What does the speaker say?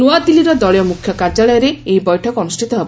ନୂଆଦିଲ୍ଲୀର ଦଳୀୟ ମୁଖ୍ୟ କାର୍ଯ୍ୟାଳୟରେ ଏହି ବୈଠକ ଅନୁଷ୍ଠିତ ହେବ